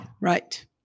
Right